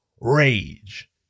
Rage